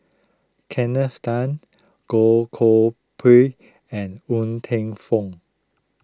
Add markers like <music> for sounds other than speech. <unintelligible> Tan Goh Koh Pui and Ng Teng Fong